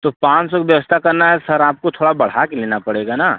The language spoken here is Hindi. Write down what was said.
तो पाँच सौ के व्यवस्था करना है सर आपको थोड़ा बढ़ा के लेना पड़ेगा ना